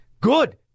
Good